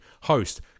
host